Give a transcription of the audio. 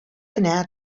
кенә